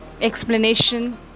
explanation